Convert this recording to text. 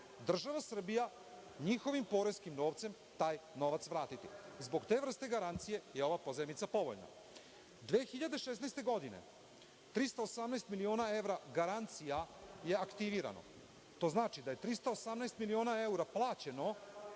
država Srbija njihovim poreskim novcem taj novac vratiti. Zbog te vrste garancije je ova pozajmica povoljna. Godine 2016. aktivirano je 318 miliona evra garancija. To znači da je 318 miliona evra plaćeno